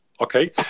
Okay